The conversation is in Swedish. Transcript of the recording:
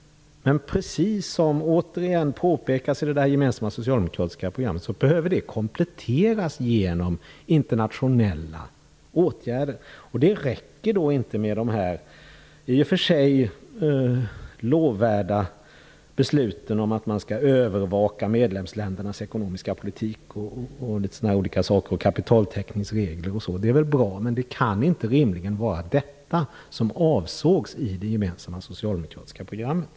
Men precis som återigen påpekas i det gemensamma socialdemokratiska programmet behöver det kompletteras med internationella åtgärder. Det räcker då inte med de här i och för sig lovvärda besluten om att man skall övervaka medlemsländernas ekonomiska politik, kapitaltäckningsregler och sådant. Det är väl bra, men det kan inte rimligen vara detta som avsågs i det gemensamma socialdemokratiska programmet.